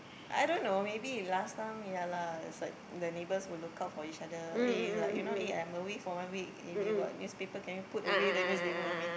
I don't know maybe last time ya lah is like the neighbours will look out for each other eh like you know eh I'm away for one week if you got newspaper can you put away the newspaper for me